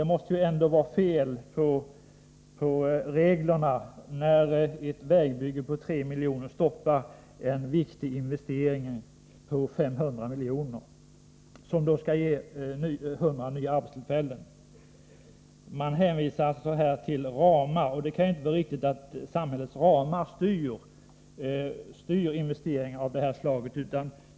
Det måste vara fel på reglerna när ett vägbygge för 3 milj.kr. stoppar en viktig investering på 500 milj.kr., vilken skulle ge 100 nya arbetstillfällen. Man hänvisar i den här frågan till ramarna. Det kan inte vara riktigt att samhällets ramar styr investeringar av det här slaget.